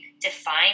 define